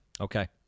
Okay